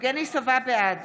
בעד